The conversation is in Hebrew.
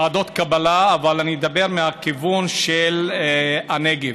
לוועדות קבלה, אבל אני אדבר מהכיוון של הנגב,